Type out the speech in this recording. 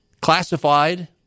classified